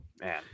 Man